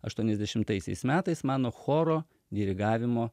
aštuoniasdešimtaisiais metais mano choro dirigavimo